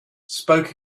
spoke